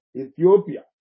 Ethiopia